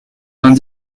vingt